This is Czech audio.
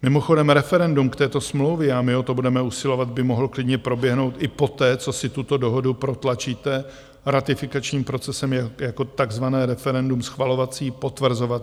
Mimochodem, referendum k této smlouvě, a my o to budeme usilovat, by mohlo klidně proběhnout i poté, co si tuto dohodu protlačíte ratifikačním procesem, jako takzvané referendum schvalovací, potvrzovací.